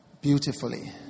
beautifully